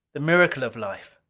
the miracle of life!